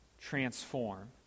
transform